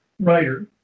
writer